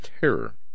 terror